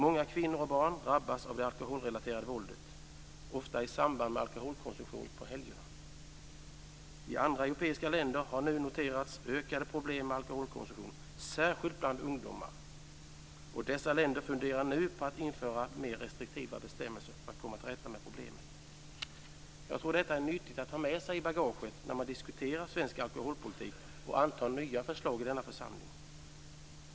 Många kvinnor och barn drabbas av det alkoholrelaterade våldet, ofta i samband med alkoholkonsumtion vid helgerna. I andra europeiska länder har noterats ökade problem med alkoholkonsumtion, särskilt bland ungdomar, och dessa länder funderar nu på att införa mer restriktiva bestämmelser. Jag tror detta är nyttigt att ha med sig i bagaget när man diskuterar svensk alkoholpolitik och antar nya förslag i denna församling.